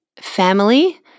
family